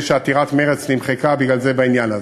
נדמה לי שעתירת מרצ נמחקה בגלל זה בעניין הזה.